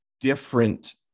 different